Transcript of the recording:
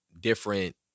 different